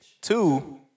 Two